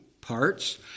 parts